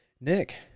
Nick